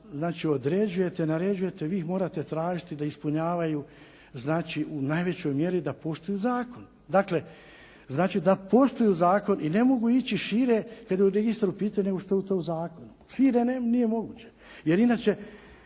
određujete, naređujete, vi ih morate tražiti da ispunjavaju u najvećoj mjeri da poštuju zakon. Znači da postoji u zakonu i ne mogu ići šire kad je u registru pitanje što je to u zakonu, šire nije moguće jer inače